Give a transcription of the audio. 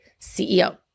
CEO